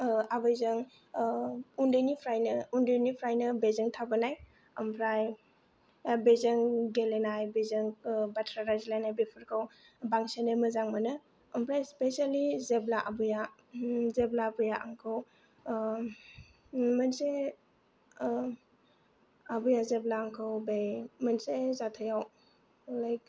आबैजों उनदैनिफ्रायनो बिजों थाबोनाय ओमफ्राय बिजों गेलेनाय बिजों बाथ्रा रायज्लायनाय बेफोरखौ बांसिनै मोजां मोनो ओमफ्राय स्पिसियेलि जेब्ला आबैया जेब्ला आबैया आंखौ मोनसे आबैया जेब्ला आंखौ बे मोनसे जाथायाव लाइक